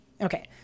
okay